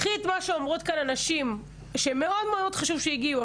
את מה שאמרו הנשים שמאוד חשוב שהגיעו.